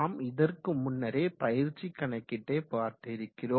நாம் இதற்கு முன்னரே பயிற்சி கணக்கீடை பார்த்திருக்கிறோம்